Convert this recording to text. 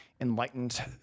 enlightened